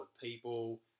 people